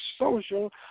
social